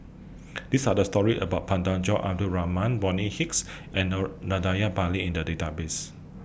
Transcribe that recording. These Are The stories about Abdul Rahman Bonny Hicks and Or Pillai in The Database